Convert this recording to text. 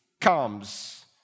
comes